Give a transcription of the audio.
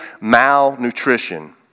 malnutrition